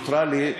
נותרה לי,